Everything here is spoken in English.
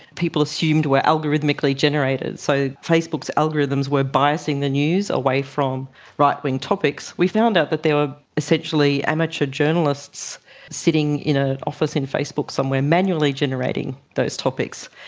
people assumed were algorithmically generated, so facebook's algorithms were biasing the news away from right-wing topics. we found out that there were essentially amateur journalists sitting in an ah office in facebook somewhere manually generating those topics.